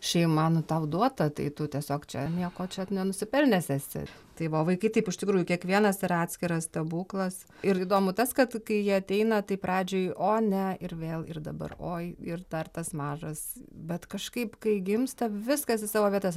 šeima nu tau duota tai tu tiesiog čia nieko čia nenusipelnęs esi tai va o vaikai taip iš tikrųjų kiekvienas yra atskiras stebuklas ir įdomu tas kad kai jie ateina tai pradžioj o ne ir vėl ir dabar oi ir dar tas mažas bet kažkaip kai gimsta viskas į savo vietas